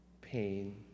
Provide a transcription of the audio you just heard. pain